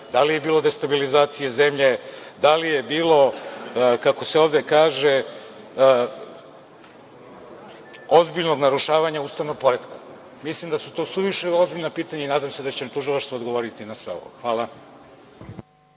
da li je bilo destabilizacije zemlje, da li je bilo, kako se ovde kaže, ozbiljnog narušavanja ustavnog poretka? Mislim da su to suviše ozbiljna pitanja i nadam se da će nam Tužilaštvo odgovoriti na sve ovo. Hvala.